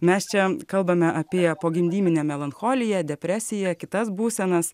mes čia kalbame apie pogimdyminę melancholiją depresiją kitas būsenas